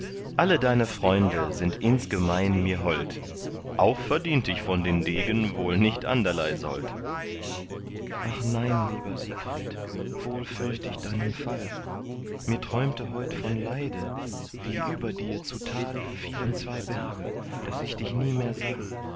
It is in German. alle deine freunde sind insgemein mir hold auch verdient ich von den degen wohl nicht anderlei sold ach nein lieber siegfried wohl fürcht ich deinen fall mir träumte heut von leide wie über dir zu tal fielen zwei berge daß ich dich nie mehr sah